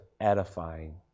edifying